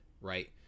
right